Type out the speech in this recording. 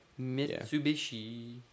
Mitsubishi